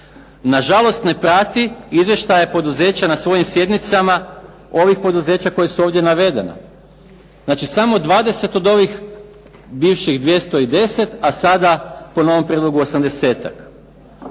Nažalost ne prati izvještaje poduzeća na svojim sjednicama, ovih poduzeća koja su ovdje navedena. Znači samo 20 od ovih bivših 210, a sada po novom prijedlogu 80-ak.